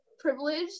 privileged